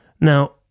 Now